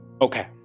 Okay